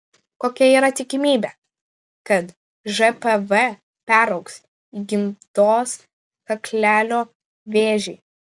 kokia yra tikimybė kad žpv peraugs į gimdos kaklelio vėžį